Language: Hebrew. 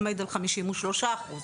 עומד על 53 אחוז,